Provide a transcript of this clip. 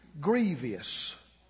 grievous